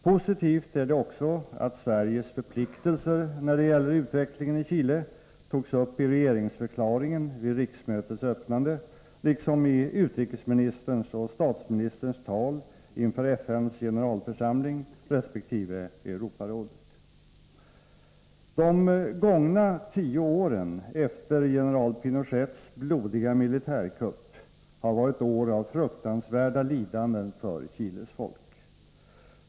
Positivt är det också att Sveriges förpliktelser när det gäller utvecklingen i Chile togs uppi regeringsförklaringen vid riksmötets öppnande liksom i utrikesministerns och statsministerns tal inför FN:s generalförsamling resp. Europarådet. De gångna tio åren efter general Pinochets blodiga militärkupp har varit år av fruktansvärda lidanden för Chiles folk.